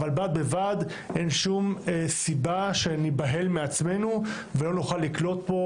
אבל בד בבד אין שום סיבה שניבהל מעצמנו ולא נוכל לקלוט פה